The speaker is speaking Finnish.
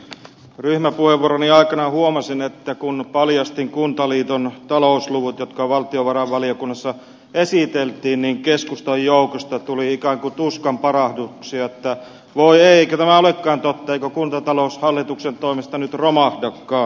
ryhmäpuheenvuoroni aikana huomasin että kun paljastin kuntaliiton talousluvut jotka valtiovarainvaliokunnassa esiteltiin niin keskustan joukosta tuli ikään kuin tuskan parahduksia että voi ei eikö tämä olekaan totta eikö kuntatalous hallituksen toimesta nyt romahdakaan